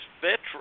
veterans